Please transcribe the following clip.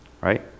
right